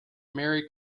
mary